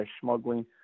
smuggling